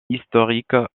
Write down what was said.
historiques